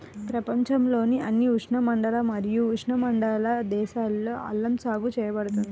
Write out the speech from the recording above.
ప్రపంచంలోని అన్ని ఉష్ణమండల మరియు ఉపఉష్ణమండల దేశాలలో అల్లం సాగు చేయబడుతుంది